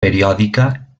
periòdica